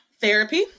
therapy